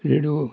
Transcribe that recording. radio